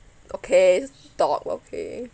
okay talk okay